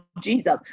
Jesus